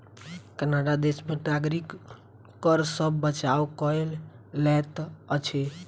Canada देश में नागरिक कर सॅ बचाव कय लैत अछि